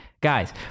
Guys